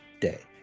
day